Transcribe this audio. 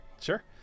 Sure